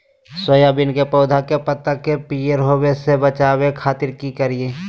Soybean के पौधा के पत्ता के पियर होबे से बचावे खातिर की करिअई?